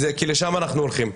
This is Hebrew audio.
כי לשם אנחנו הולכים.